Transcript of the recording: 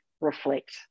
reflect